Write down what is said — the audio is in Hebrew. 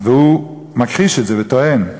והוא מכחיש את זה וטוען: